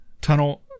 Tunnel